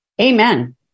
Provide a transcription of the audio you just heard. Amen